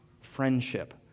friendship